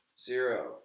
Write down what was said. Zero